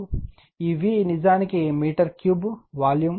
ఈ V నిజానికి metre cube volume